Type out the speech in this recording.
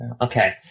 Okay